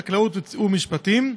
חקלאות ומשפטים.